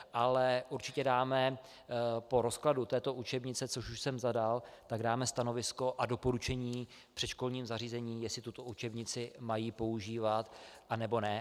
Ale určitě dáme po rozkladu této učebnice, což už jsem zadal, stanovisko a doporučení předškolním zařízením, jestli tuto učebnici mají používat, anebo ne.